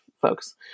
folks